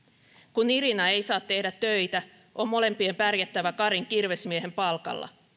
kun irina ei saa tehdä töitä on molempien pärjättävä karin kirvesmiehen palkalla